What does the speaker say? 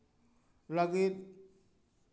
ᱞᱟ ᱜᱤᱫ